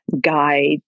guide